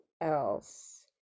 else